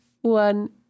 one